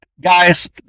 guys